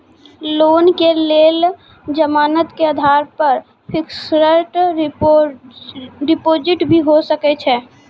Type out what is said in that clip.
Loan के लेल जमानत के आधार पर फिक्स्ड डिपोजिट भी होय सके छै?